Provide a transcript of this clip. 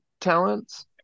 talents